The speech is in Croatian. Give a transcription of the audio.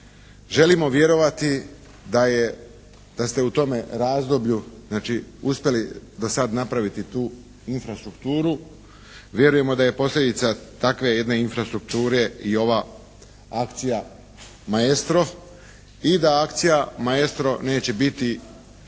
Želimo vjerovati da ste u tome razdoblju znači uspjeli dosad napraviti tu infrastrukturu. Vjerujemo da je posljedica takve jedne infrastrukture i ova akcija "Maestro" i da akcija "Maestro" neće biti